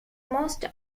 most